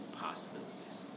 possibilities